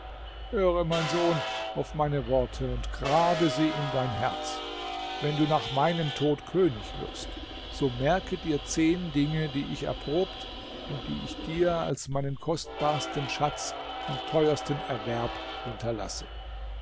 höre mein sohn auf meine worte und grabe sie in dein herz wenn du nach meinem tod könig wirst so merke dir zehn dinge die ich erprobt und die ich dir als meinen kostbarsten schatz und teuersten erwerb hinterlasse